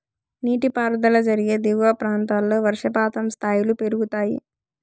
నీటిపారుదల జరిగే దిగువ ప్రాంతాల్లో వర్షపాతం స్థాయిలు పెరుగుతాయి